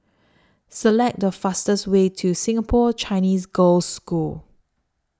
Select The fastest Way to Singapore Chinese Girls' School